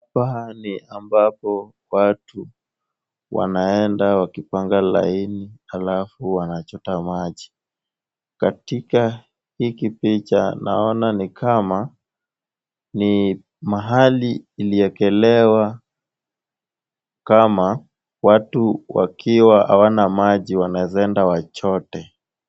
Pahali ambapo watu wanaenda wakipanga line , alafu wanachota maji. Katika hii picha naona ni kama ni mahali iliekelewa kama watu wakiwa hawana maji wanaeza enda wachote.